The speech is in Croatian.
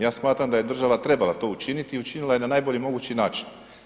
Ja smatram da je država trebala to učiniti i učinila je na najbolji mogući način.